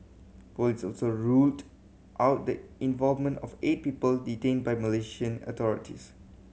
police also ruled out the involvement of eight people detained by the Malaysian authorities